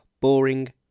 Boring